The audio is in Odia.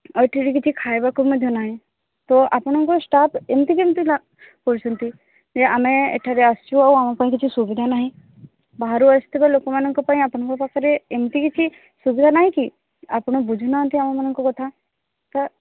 ଆଉ ଏଠାରେ କିଛି ଖାଇବାକୁ ମଧ୍ୟ ନାହିଁ ତ ଆପଣଙ୍କ ଷ୍ଟାଫ ଏମିତି କେମିତି କରୁଛନ୍ତି ଯେ ଆମେ ଏଠାରେ ଆସଛୁ ଆଉ ଆମ ପାଇଁ କିଛି ସୁବିଧା ନାହିଁ ବାହାରୁ ଆସିଥିବା ଲୋକମାନଙ୍କ ପାଇଁ ଆପଣଙ୍କ ପାଖରେ ଏମିତି କିଛି ସୁବିଧା ନାହିଁ କି ଆପଣ ବୁଝୁନାହାନ୍ତି ଆମମାନଙ୍କ କଥା ତ